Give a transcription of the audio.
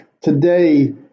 today